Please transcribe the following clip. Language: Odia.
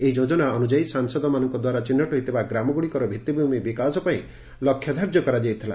ଏହି ଯୋଜନା ଅନୁଯାୟୀ ସାଂସଦ ମାନଙ୍ଙ ଦ୍ୱାରା ଚିହ୍ନଟ ହୋଇଥିବା ଗ୍ରାମଗୁଡ଼ିକର ଭିଭିମି ବିକାଶ ପାଇଁ ଲକ୍ଷ୍ୟଧାର୍ଯ୍ୟ କରାଯାଇଥିଲା